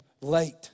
late